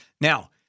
Now